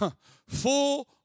full